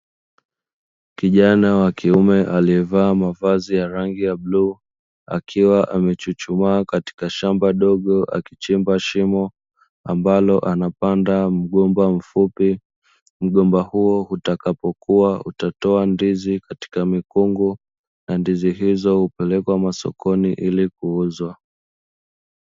Kijana wa kiume aliyevaa mavazi ya rangi ya bluu, akiwa amechuchumaa katika shamba dogo akichimba shimo ambalo anapanda mgomba mfupi. Mgomba huo utakapokua utatoa ndizi katika mikungu na ndizi hizo hupelekwa sokoni ili kuuzwa.